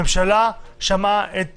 הממשלה שמעה את